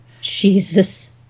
Jesus